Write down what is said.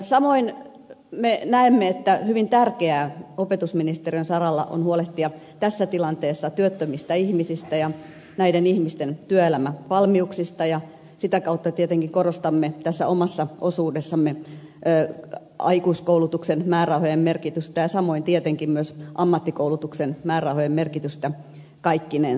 samoin me näemme että hyvin tärkeää opetusministeriön saralla on huolehtia tässä tilanteessa työttömistä ihmisistä ja näiden ihmisten työelämävalmiuksista ja sitä kautta tietenkin korostamme tässä omassa osuudessamme aikuiskoulutuksen määrärahojen merkitystä ja samoin tietenkin myös ammattikoulutuksen määrärahojen merkitystä kaikkinensa